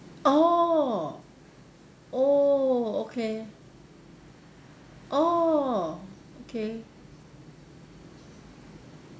oh oh okay oh okay